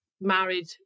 married